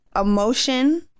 emotion